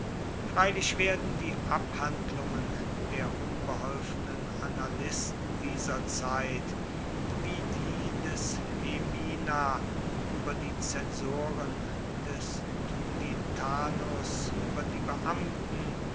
freilich werden die abhandlungen der unbeholfenen annalisten dieser zeit wie die des hemina über die zensoren des tuditanus über die beamten